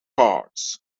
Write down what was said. cards